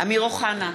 אמיר אוחנה,